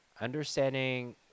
understanding